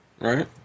Right